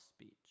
speech